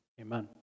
Amen